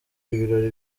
ibirori